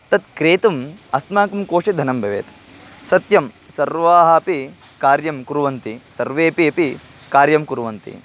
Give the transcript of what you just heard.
तत् क्रेतुम् अस्माकं कोशे धनं भवेत् सत्यं सर्वाः अपि कार्यं कुर्वन्ति सर्वेपि अपि कार्यं कुर्वन्ति